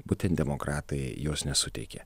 būtent demokratai jos nesuteikė